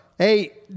Hey